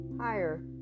higher